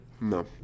No